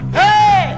hey